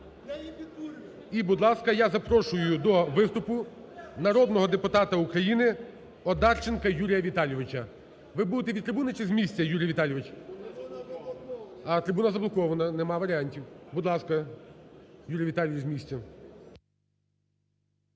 І, будь ласка, я запрошую до виступу народного депутата України Одарченка Юрія Віталійовича. Ви будете від трибуни чи з місця, Юрій Віталійович? А, трибуна заблокована. Немає варіантів. Будь ласка, Юрій Віталійович, з місця.